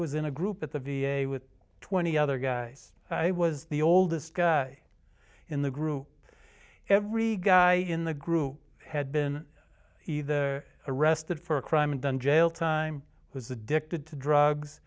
was in a group at the v a with twenty other guys i was the oldest guy in the group every guy in the group had been either arrested for a crime and done jail time was addicted to drugs